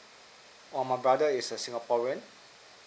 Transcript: oo my brother is a singaporean